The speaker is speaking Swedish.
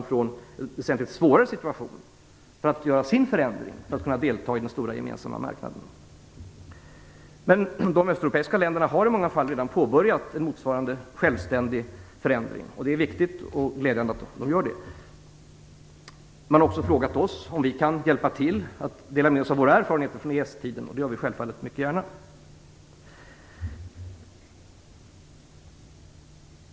De har en väsentligt svårare situation när de skall genomföra sina förändringar för att kunna delta i den stora gemensamma marknaden. De östeuropeiska länderna har i många fall redan påbörjat motsvarande självständiga förändring. Det är viktigt och glädjande att de gör det. Man har också frågat oss om vi kan hjälpa till med att dela med oss av våra erfarenheter från EES-tiden. Det gör vi självfallet mycket gärna.